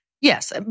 Yes